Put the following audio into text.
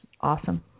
awesome